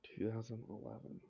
2011